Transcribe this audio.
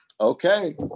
okay